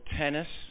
tennis